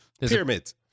Pyramids